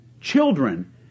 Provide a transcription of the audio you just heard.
Children